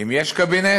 אם יש קבינט,